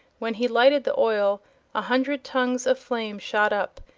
when he lighted the oil a hundred tongues of flame shot up,